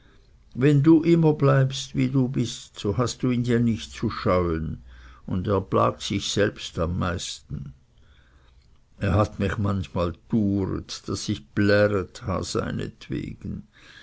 wenn du immer bleibst wie du bist so hast du ihn ja nicht zu scheuen und er plagt sich am meisten selbst er hat mich manchmal duret daß ich pläret ha seinetwegen